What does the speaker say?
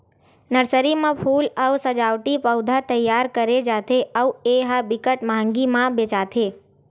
nursery म फूल अउ सजावटी पउधा तइयार करे जाथे अउ ए ह बिकट मंहगी म बेचाथे